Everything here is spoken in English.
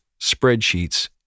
spreadsheets